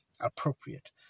appropriate